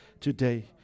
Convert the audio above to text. today